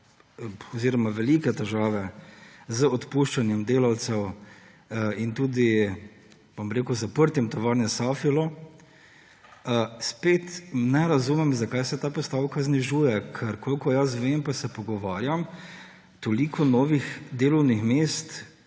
kar velike težave z odpuščanjem delavcev in z zaprtjem tovarne Safilo, spet ne razumem, zakaj se ta postavka znižuje. Ker kolikor jaz vem in se pogovarjam, si toliko novih delovnih mest